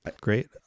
Great